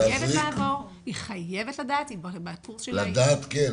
היא חייבת לעבור, היא חייבת לדעת --- לדעת כן.